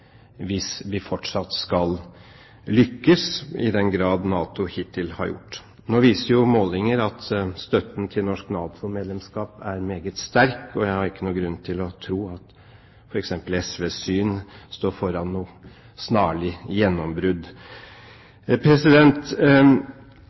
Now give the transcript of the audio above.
hvis vi fortsatt skal lykkes i den grad NATO hittil har gjort. Nå viser målinger at støtten til norsk NATO-medlemskap er meget sterk, og jeg har ingen grunn til å tro at f.eks. SVs syn står foran noe snarlig gjennombrudd.